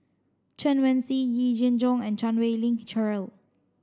Chen Wen Hsi Yee Jenn Jong and Chan Wei Ling Cheryl